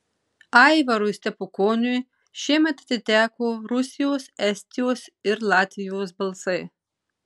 aivarui stepukoniui šiemet atiteko rusijos estijos ir latvijos balsai